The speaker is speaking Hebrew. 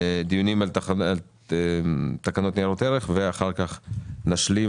דיונים על תקנות ניירות ערך ואחר כך נשלים